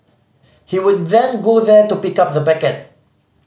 he would then go there to pick up the packet